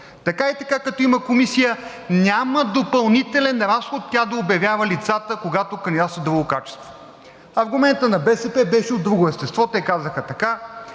Така и така, като има Комисия, няма допълнителен разход тя да обявява лицата, когато кандидатстват в друго качество. Аргументът на БСП беше от друго естество. Те казаха така: